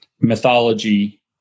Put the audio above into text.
mythology